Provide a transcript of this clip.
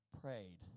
prayed